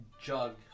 jug